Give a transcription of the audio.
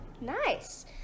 Nice